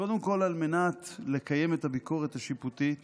קודם כול, על מנת לקיים את הביקורת השיפוטית